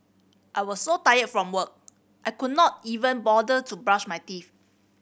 I was so tired from work I could not even bother to brush my teeth